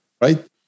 Right